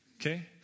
okay